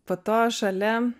po to šalia